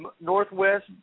Northwest